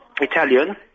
Italian